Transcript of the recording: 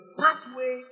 pathway